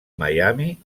miami